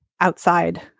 outside